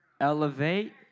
Elevate